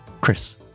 Chris